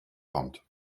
kommt